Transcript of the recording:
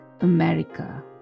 America